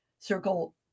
circle